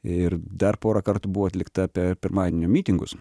ir dar porą kartų buvo atlikta per pirmadienio mitingus